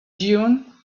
dune